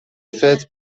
فطر